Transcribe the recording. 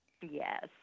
yes